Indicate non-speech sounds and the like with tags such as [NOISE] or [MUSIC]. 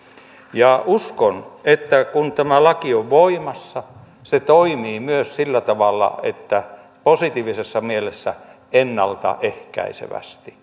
uskon että kun tämä laki on voimassa se toimii myös sillä tavalla positiivisessa mielessä ennalta ehkäisevästi [UNINTELLIGIBLE]